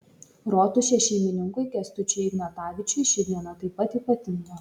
rotušės šeimininkui kęstučiui ignatavičiui ši diena taip pat ypatinga